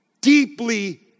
deeply